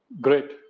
Great